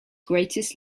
greatest